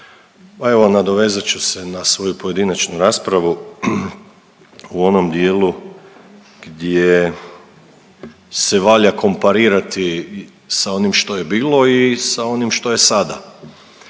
evo nadovezat ću se na svoju pojedinačnu raspravu u onom dijelu gdje se valja komparirati sa onim što je bilo i sa onim što je sada.